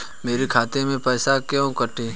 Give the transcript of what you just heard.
मेरे खाते से पैसे क्यों कटे?